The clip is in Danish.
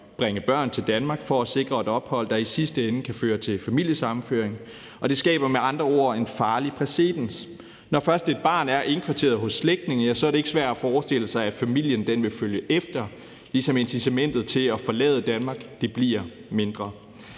bringe børn til Danmark for at sikre et ophold, der i sidste ende kan føre til familiesammenføring. Det skaber med andre ord en farlig præcedens. Når først et barn er indkvarteret hos slægtninge, er det ikke svært at forestille sig, at familien vil følge efter, ligesom incitamentet til at forlade Danmark bliver mindre.